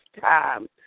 time